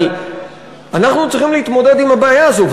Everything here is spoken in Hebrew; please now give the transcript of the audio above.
אבל אנחנו צריכים להתמודד עם הבעיה הזו.